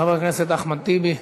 חבר הכנסת אחמד טיבי,